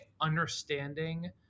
understanding